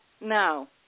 no